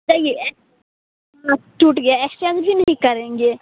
जाइए ए टूट गया एक्सचेंज ही नहीं करेंगे